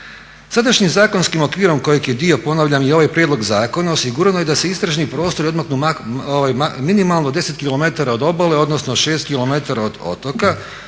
Sadašnjim zakonskim okvirom kojeg je dio ponavljam i ovaj prijedlog zakona osigurano je da se istražni prostori odmaknu minimalno 10km od obale, odnosno 6km od otoka.